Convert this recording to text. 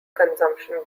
consumption